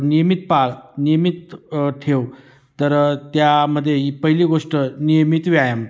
नियमित पाळ नियमित ठेव तर त्यामध्ये ही पहिली गोष्ट नियमित व्यायाम